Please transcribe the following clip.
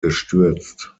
gestürzt